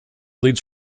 leads